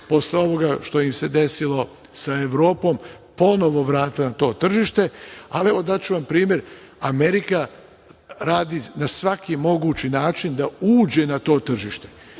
posle ovoga što im se desilo sa Evropom ponovo vratila na to tržište, ali evo daću vam primer Amerika radi na svaki mogući način da uđe na to tržište.